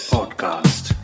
Podcast